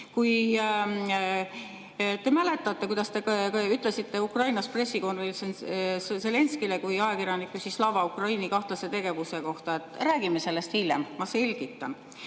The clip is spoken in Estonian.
Te mäletate, kuidas te ütlesite Ukrainas pressikonverentsil Zelenskõile, kui ajakirjanik küsis Slava Ukraini kahtlase tegevuse kohta: "Räägime sellest hiljem, ma selgitan."